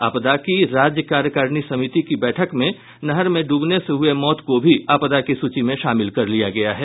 आपदा की राज्य कार्यकारिणी समिति की बैठक में नहर में डूबने से हुये मौत को भी आपदा की सूची में शामिल कर लिया गया है